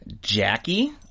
Jackie